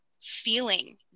feeling